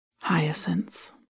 Hyacinths